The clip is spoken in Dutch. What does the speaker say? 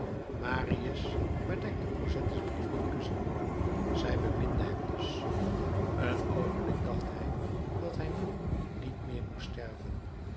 marius bedekte cosettes brief met kussen zij beminde hem dus een oogenblik dacht hij dat hij nu niet meer moest sterven